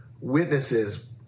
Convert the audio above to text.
witnesses